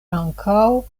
ankaŭ